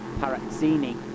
Parazzini